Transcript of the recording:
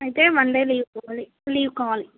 అయితే one day leave కావాలి leave కావాలి